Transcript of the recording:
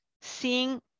seeing